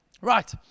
Right